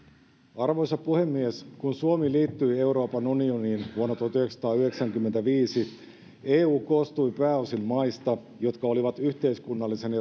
arvoisa puhemies kun suomi liittyi euroopan unioniin vuonna tuhatyhdeksänsataayhdeksänkymmentäviisi eu koostui pääosin maista jotka olivat yhteiskunnallisen